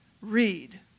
read